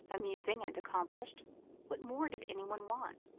amusing and accomplished what more did any one want?